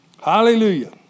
Hallelujah